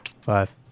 Five